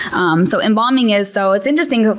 um so embalming is, so it's interesting.